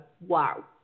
wow